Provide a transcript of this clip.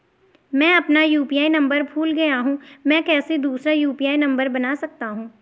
मैं अपना UPI number भूल गया हूँ मैं कैसे दूसरा यु.पी.आई नम्बर बना सकता हूँ?